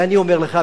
ואני אומר לך,